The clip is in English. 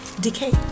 decay